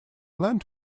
land